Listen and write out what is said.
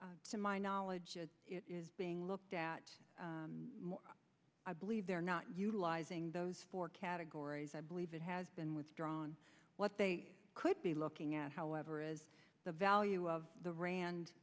to my knowledge it is being looked at i believe they're not utilizing those four categories i believe it has been withdrawn what they could be looking at however is the value of the rand